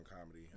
comedy